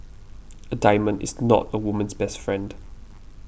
a diamond is not a woman's best friend